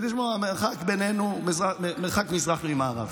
תשמעו, המרחק בינינו הוא מרחק מזרח ממערב.